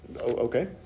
okay